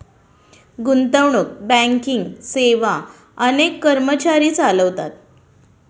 गुंतवणूक बँकिंग सेवा अनेक कर्मचारी चालवतात